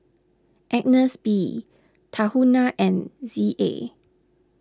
Agnes B Tahuna and Z A